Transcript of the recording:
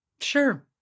Sure